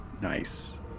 Nice